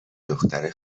دختره